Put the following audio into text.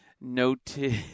noted